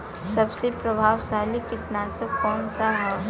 सबसे प्रभावशाली कीटनाशक कउन सा ह?